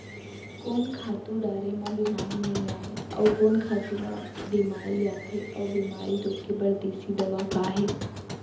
कोन खातू डारे म बेमारी नई आये, अऊ कोन खातू म बेमारी आथे अऊ बेमारी रोके बर देसी दवा का हे?